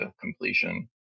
completion